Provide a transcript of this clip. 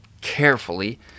carefully